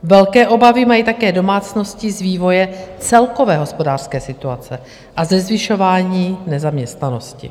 Velké obavy mají také domácnosti z vývoje celkové hospodářské situace a ze zvyšování nezaměstnanosti.